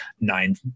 nine